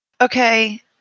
Okay